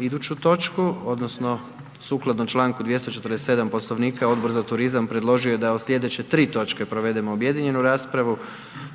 iduću točku, odnosno, sukladno čl. 247. poslovnika, Odbor za turizam predložio je da o sljedeće ti točke provedemo objedinjenu raspravu,